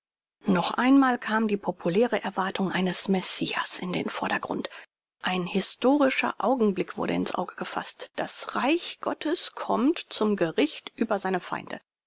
noch einmal kam die populäre erwartung eines messias in den vordergrund ein historischer augenblick wurde in's auge gefaßt das reich gottes kommt zum gericht über seine feinde